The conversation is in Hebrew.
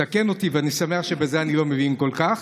תקן אותי, אני שמח שבזה אני לא מבין כל כך.